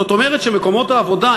זאת אומרת שמקומות העבודה,